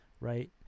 Right